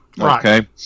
Okay